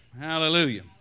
Hallelujah